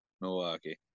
Milwaukee